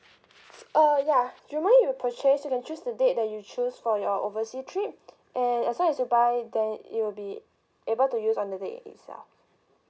uh ya you purchase you can choose the date that you choose for your oversea trip and as long as you buy it then it will be able to use on the date itself